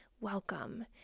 welcome